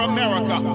America